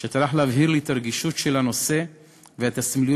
שטרח להבהיר לי את רגישות הנושא ואת הסמליות